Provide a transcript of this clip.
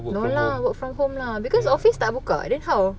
work from home